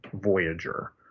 Voyager